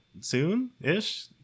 soon-ish